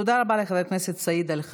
בעזרת השם, ביום רביעי,